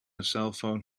cellphone